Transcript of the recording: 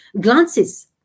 glances